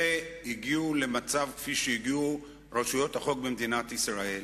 והגיעו למצב כפי שהגיעו רשויות החוק במדינת ישראל.